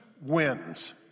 wins